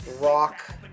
rock